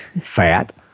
fat